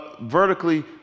vertically